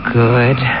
good